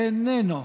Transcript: איננו,